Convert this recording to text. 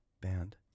band